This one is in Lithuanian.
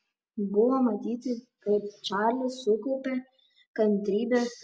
buvo matyti kaip čarlis sukaupia kantrybę